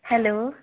hello